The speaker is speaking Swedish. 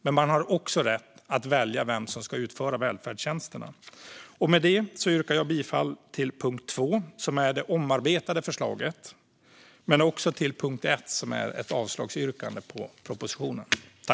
Men man har också rätt att välja vem som ska utföra välfärdstjänsterna.